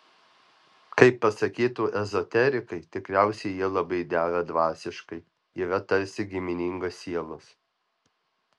kaip pasakytų ezoterikai tikriausiai jie labai dera dvasiškai yra tarsi giminingos sielos